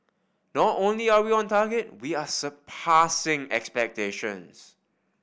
not only are we on target we are surpassing expectations